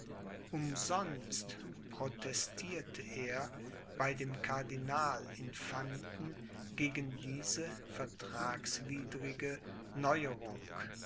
umsonst protestierte er bei dem cardinal infanten gegen diese vertragswidrige neuerung